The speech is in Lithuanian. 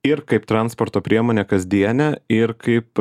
ir kaip transporto priemonę kasdienę ir kaip